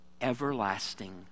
everlasting